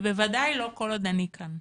וודאי לא כל עוד אני כאן.